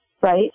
Right